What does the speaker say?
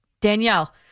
Danielle